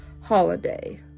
holiday